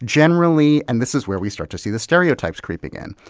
generally, and this is where we start to see the stereotypes creeping in,